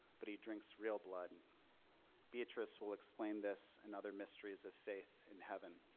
but he drinks real blood and beatrice will explain this and other mysteries of faith in heaven.